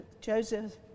Joseph